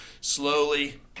slowly